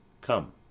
Come